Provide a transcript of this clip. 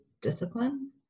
discipline